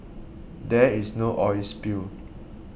there is no oil spill